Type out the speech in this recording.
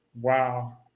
wow